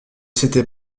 c’était